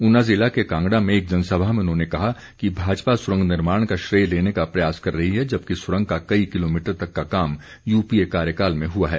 ऊना ज़िले के कांगड़ में एक जनसभा में उन्होंने कहा कि भाजपा सुरंग निर्माण का श्रेय लेने का प्रयास कर रही है जबकि सुरंग का कई किलोमीटर तक का काम यूपीए कार्यकाल में हुआ है